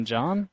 John